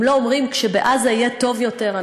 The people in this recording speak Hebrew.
הם לא אומרים: כשבעזה יהיה טוב יותר,